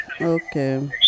okay